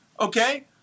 okay